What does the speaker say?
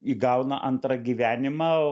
įgauna antrą gyvenimą